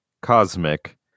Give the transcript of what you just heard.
cosmic